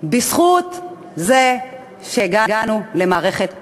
בזכות זה שהגענו למערכת בחירות.